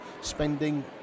spending